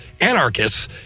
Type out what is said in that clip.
anarchists